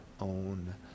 own